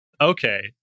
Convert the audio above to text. okay